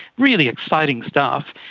really exciting stuff.